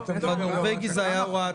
"הנורבגי" זה היה הוראת